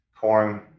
corn